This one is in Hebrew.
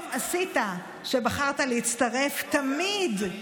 טוב עשית שבחרת להצטרף, תמיד,